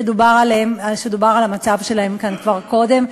שדובר על המצב שלהם כאן כבר קודם.